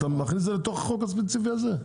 אתה מכניס את זה לתוך החוק הספציפי הזה.